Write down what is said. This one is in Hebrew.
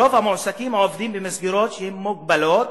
רוב המועסקים עובדים במסגרות מוגבלות,